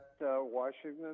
Washington